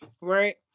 Right